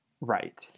Right